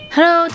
Hello